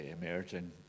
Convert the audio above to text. emerging